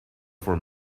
for